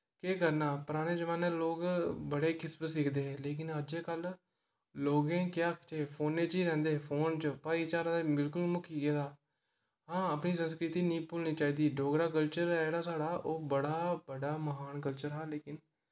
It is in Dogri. केह् करना पराने जमान्ने च लोक बड़े किस्म दे सिखदे हे लेकिन अज्जकल लोकें गी केह् आखचै फोनै च गै रैंह्दे फोन च भाईचारा ते बिलकुल मुक्की गेदे हां अपनी सस्कृति नेईं भुल्लनी चाहिदी डोगरा कल्चर ऐ जेह्ड़ा साढ़ा ओह् बड़ा बड्डा महान कल्चर हा लेकिन